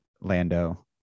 Lando